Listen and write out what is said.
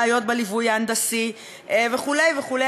בעיות בליווי ההנדסי וכו' וכו'.